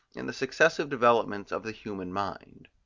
in the successive developments of the human mind.